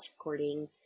recording